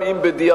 גם אם בדיעבד,